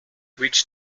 which